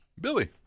Billy